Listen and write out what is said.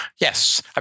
Yes